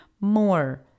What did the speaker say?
more